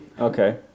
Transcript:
Okay